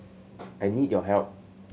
I need your help